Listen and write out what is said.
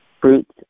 fruits